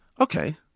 Okay